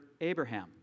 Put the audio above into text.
Abraham